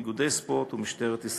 איגודי ספורט ומשטרת ישראל.